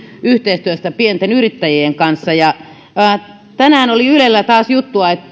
yhteistyössä pienten yrittäjien kanssa tänään oli ylellä taas juttua